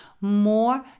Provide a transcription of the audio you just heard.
more